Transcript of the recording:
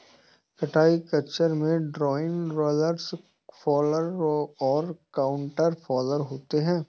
कताई खच्चर में ड्रॉइंग, रोलर्स फॉलर और काउंटर फॉलर होते हैं